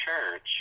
church